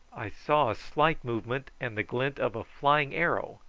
i saw a slight movement and the glint of a flying arrow,